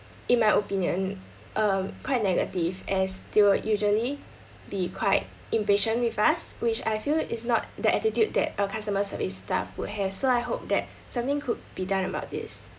in my opinion um quite negative as they were usually be quite impatient with us which I feel is not the attitude that a customer service staff would have so I hope that something could be done about this